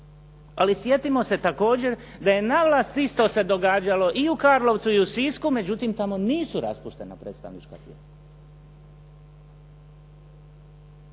Ali sjetimo se također da je na vlast isto se događalo i u Karlovcu i u Sisku, međutim tamo nisu raspuštena predstavnička tijela.